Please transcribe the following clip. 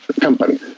company